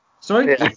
Sorry